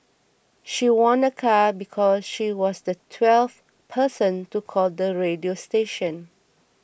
she won a car because she was the twelfth person to call the radio station